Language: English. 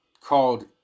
called